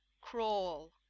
Crawl